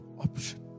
option